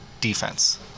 defense